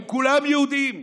הם כולם יהודים,